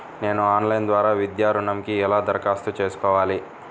నేను ఆన్లైన్ ద్వారా విద్యా ఋణంకి ఎలా దరఖాస్తు చేసుకోవాలి?